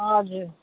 हजुर